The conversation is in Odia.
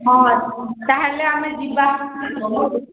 ହଁ ତାହେଲେ ଆମେ ଯିବା